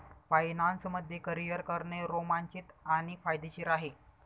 finance मध्ये career करणे रोमांचित आणि फायदेशीर आहे